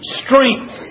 strength